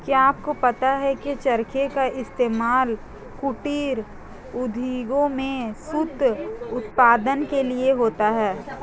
क्या आपको पता है की चरखे का इस्तेमाल कुटीर उद्योगों में सूत उत्पादन के लिए होता है